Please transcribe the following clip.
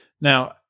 Now